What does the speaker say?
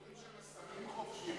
מוכרים שמה סמים חופשי,